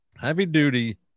heavy-duty